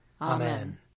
Amen